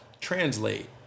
translate